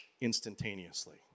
instantaneously